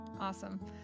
Awesome